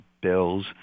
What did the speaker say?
bills